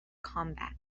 combat